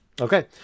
Okay